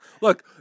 Look